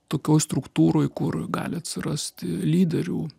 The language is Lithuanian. tokioj struktūroj kur gali atsirasti lyderių